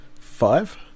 Five